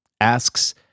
asks